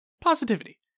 positivity